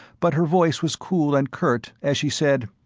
but her voice was cool and curt as she said,